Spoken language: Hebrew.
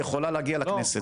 היא יכולה להגיע לכנסת,